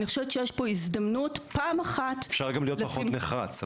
אני חושבת שיש פה הזדמנות פעם אחת לשים --- אפשר גם להיות פחות נחרץ.